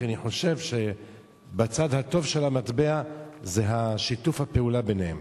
כי אני חושב שבצד הטוב של המטבע זה שיתוף הפעולה ביניהם.